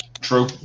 true